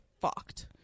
fucked